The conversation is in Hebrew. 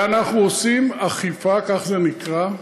ואנחנו עושים אכיפה, כך זה נקרא,